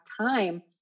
time